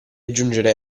aggiungere